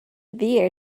beer